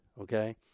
okay